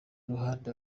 ruhande